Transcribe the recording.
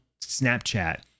Snapchat